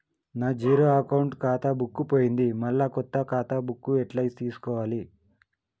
నా zero account ఖాతా book పోయింది మళ్ళా కొత్త ఖాతా బుక్కు ఎట్ల తీసుకోవాలే?